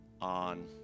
on